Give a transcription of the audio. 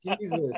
Jesus